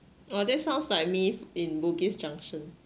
oh that sounds like me in bugis junction